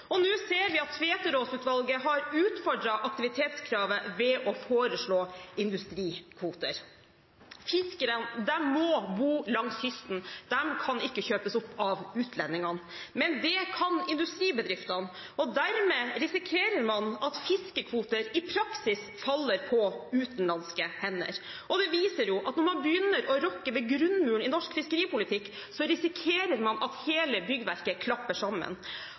og få fiskekvote. Nå ser vi at Tveterås-utvalget har utfordret aktivitetskravet ved å foreslå industrikvoter. Fiskerne må bo langs kysten. De kan ikke kjøpes opp av utlendingene, men det kan industribedriftene. Dermed risikerer man at fiskekvoter i praksis faller på utenlandske hender. Det viser at når man begynner å rokke ved grunnmuren i norsk fiskeripolitikk, risikerer man at hele byggverket klapper sammen.